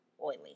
oily